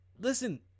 Listen